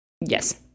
Yes